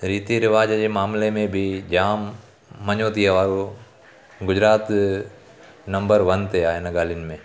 रीति रिवाज जे मामले में बि जाम मञोती वारो गुजरात नंबर वन ते आहे हिन ॻाल्हियुनि में